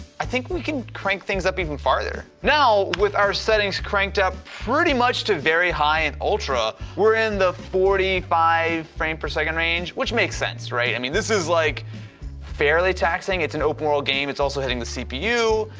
i think we can crank things up even farther. now with our settings cranked up pretty much to very high and ultra, we're in the forty five frame per second range which makes sense, right? i mean, this is like fairly taxing, it's an open world game, it's also hitting the cpu.